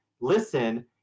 listen